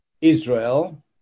Israel